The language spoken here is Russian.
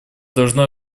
должно